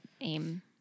aim